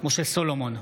משה סולומון,